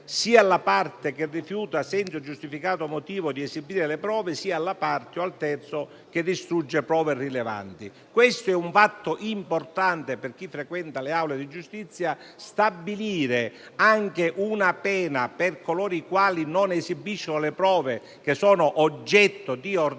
sia alla parte che rifiuta senza giustificato motivo di esibire le prove, sia alla parte o al terzo che distrugge prove rilevanti. Questo è un fatto importante per chi frequenta le aule di giustizia. Stabilire anche una pena per coloro i quali non esibiscono le prove oggetto di ordinanza